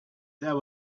there